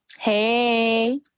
Hey